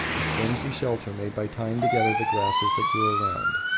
a flimsy shelter made by tying together the grasses that grew around